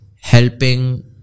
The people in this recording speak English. helping